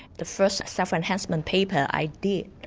the first self-enhancement paper i did,